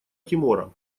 тимора